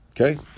okay